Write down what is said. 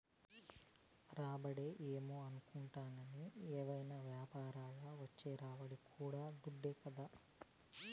రాబడంటే ఏమో అనుకుంటాని, ఏవైనా యాపారంల వచ్చే రాబడి కూడా దుడ్డే కదా